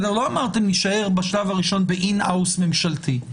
לא אמרתם שתישארו בשלב הראשון ב"אין-האוס" ממשלתי.